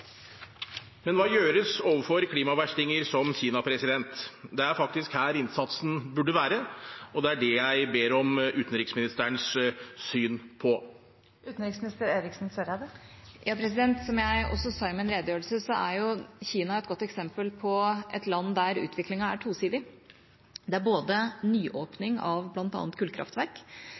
Hva gjøres overfor klimaverstinger som Kina? Det er faktisk her innsatsen burde være, og det er det jeg ber om utenriksministerens syn på. Som jeg også sa i min redegjørelse, er Kina et godt eksempel på et land der utviklingen er tosidig. Det er nyåpninger av bl.a. kullkraftverk